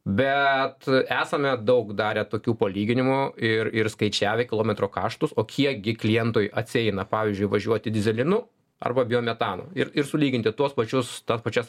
bet esame daug darę tokių palyginimų ir ir skaičiavę kilometro kaštus o kiek gi klientui atsieina pavyzdžiui važiuoti dyzelinu arba biometanu ir ir sulyginti tuos pačius tas pačias